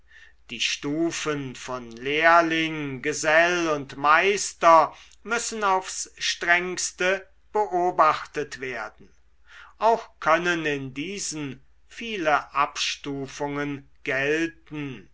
die stufen von lehrling gesell und meister müssen aufs strengste beobachtet werden auch können in diesen viele abstufungen gelten